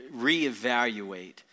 reevaluate